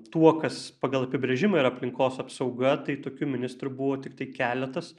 tuo kas pagal apibrėžimą ir aplinkos apsauga tai tokių ministrų buvo tiktai keletas